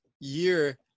year –